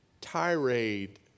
tirade